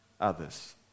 others